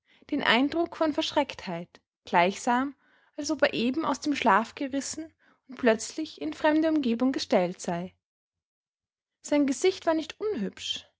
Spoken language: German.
den eindruck von verschrecktheit gleichsam als ob er eben aus dem schlaf gerissen und plötzlich in fremde umgebung gestellt sei sein gesicht war nicht